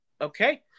okay